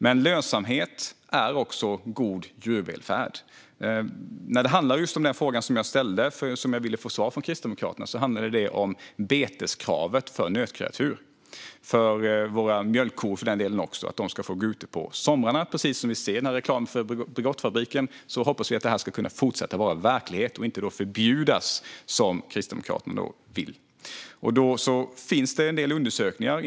Men lönsamhet handlar också om god djurvälfärd. Frågan som jag ställde och som jag vill få svar på från Kristdemokraterna handlade om beteskravet för nötkreatur, våra mjölkkor, för att de ska få gå ute på somrarna, precis som vi ser i reklamen om Bregottfabriken. Vi hoppas att det ska kunna fortsätta vara verklighet och inte förbjudas, vilket Kristdemokraterna vill. Det finns en del undersökningar.